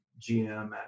GM